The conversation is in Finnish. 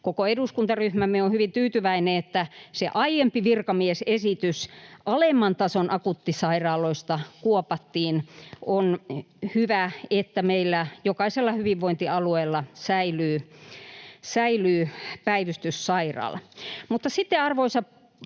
koko eduskuntaryhmämme on hyvin tyytyväinen, että se aiempi virkamiesesitys alemman tason akuuttisairaaloista kuopattiin. On hyvä, että meillä jokaisella hyvinvointialueella säilyy päivystyssairaala. Mutta sitten,